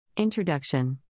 Introduction